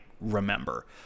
remember